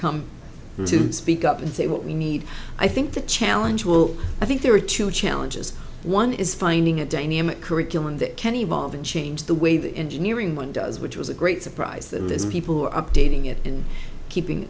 come to speak up and say what we need i think the challenge will i think there are two challenges one is finding a dynamic curriculum that can evolve and change the way the engineering one does which was a great surprise that this people who are updating it and keeping